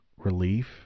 relief